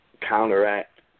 counteract